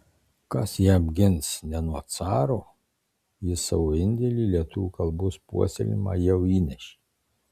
kas ją apgins ne nuo caro jis savo indėlį į lietuvių kalbos puoselėjimą jau įnešė